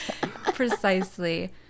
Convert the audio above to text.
Precisely